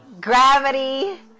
gravity